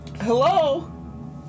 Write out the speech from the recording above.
Hello